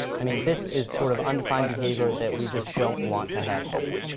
i mean, this is sort of undefined behavior that we just don't want to have happen.